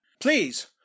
please